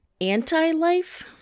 anti-life